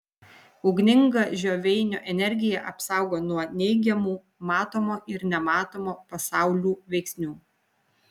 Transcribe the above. ugninga žioveinio energija apsaugo nuo neigiamų matomo ir nematomo pasaulių veiksnių